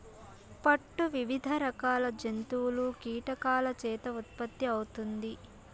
పట్టు వివిధ రకాల జంతువులు, కీటకాల చేత ఉత్పత్తి అవుతుంది